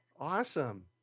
Awesome